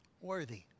worthy